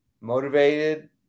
motivated